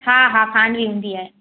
हा हा खांडवी ईंदी आहे